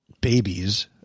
babies